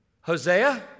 Hosea